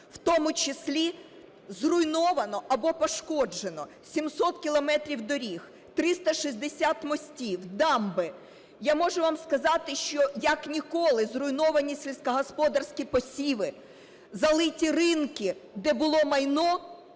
В тому числі зруйновано або пошкоджено 700 кілометрів доріг, 360 мостів, дамби. Я можу вам сказати, що як ніколи зруйновані сільськогосподарські посіви. Залиті ринки, де було майно